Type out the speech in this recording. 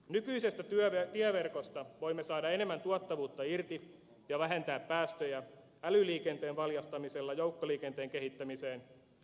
nykyisestä tieverkos ta voimme saada enemmän tuottavuutta irti ja vähentää päästöjä älyliikenteen valjastamisella joukkoliikenteen kehittämiseen ja liikenteen ruuhkien purkamiseen